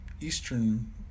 Eastern